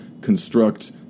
construct